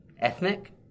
Ethnic